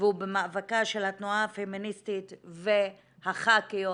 ובמאבקה של התנועה הפמיניסטית והח"כיות